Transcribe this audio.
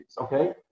okay